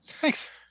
Thanks